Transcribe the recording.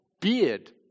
beard